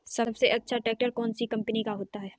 सबसे अच्छा ट्रैक्टर कौन सी कम्पनी का है?